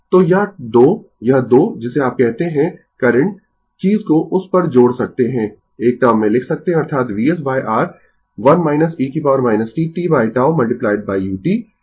तो यह 2 यह 2 जिसे आप कहते है करंट चीज को उस पर जोड़ सकते है एक टर्म में लिख सकते है अर्थात Vs R 1 e t t τ u